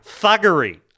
Thuggery